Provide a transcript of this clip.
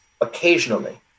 occasionally